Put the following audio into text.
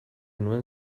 nuen